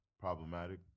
problematic